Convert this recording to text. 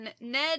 Ned